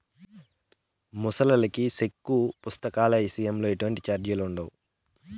ముసలాల్లకి సెక్కు పుస్తకాల ఇసయంలో ఎటువంటి సార్జిలుండవు